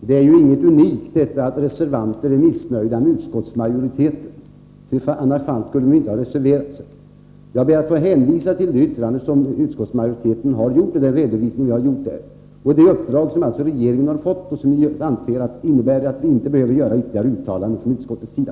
Herr talman! Det är inget unikt att reservanter är missnöjda med utskottsmajoriteten, annars skulle de inte ha reserverat sig. Jag ber att få hänvisa till det yttrande utskottsmajoriteten gjort. Det uppdrag som regeringen fått gör att vi inte anser oss behöva ytterligare uttalanden från utskottets sida.